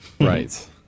Right